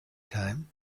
time